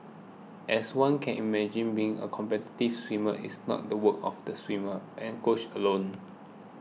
as one can imagine being a competitive swimmer is not the work of the swimmer and coach alone